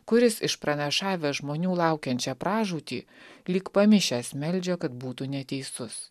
kuris išpranašavęs žmonių laukiančią pražūtį lyg pamišęs meldžia kad būtų neteisus